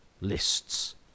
lists